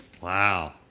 Wow